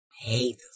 hate